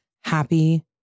Happy